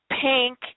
pink